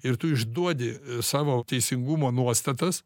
ir tu išduodi savo teisingumo nuostatas